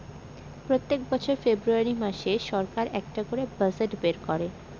প্রত্যেক বছর ফেব্রুয়ারী মাসে সরকার একটা করে বাজেট বের করে